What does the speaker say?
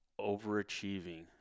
overachieving